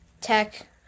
tech